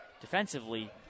defensively